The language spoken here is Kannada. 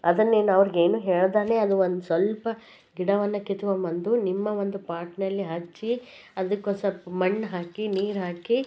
ಅದನ್ನು ನೀನು ಅವ್ರಿಗೇನು ಹೇಳದೇನೇ ಅದು ಒಂದು ಸ್ವಲ್ಪ ಗಿಡವನ್ನು ಕಿತ್ಕೊಬಂದು ನಿಮ್ಮ ಒಂದು ಪಾಟ್ನಲ್ಲಿ ಹಚ್ಚಿ ಅದಕ್ಕೊಂದು ಸ್ವಲ್ಪ ಮಣ್ಣು ಹಾಕಿ ನೀರು ಹಾಕಿ